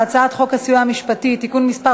על הצעת חוק הסיוע המשפטי (תיקון מס'